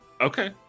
Okay